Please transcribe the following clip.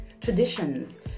traditions